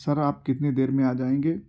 سر آپ کتنی دیر میں آ جائیں گے